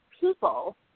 people